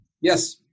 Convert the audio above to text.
Yes